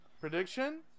Prediction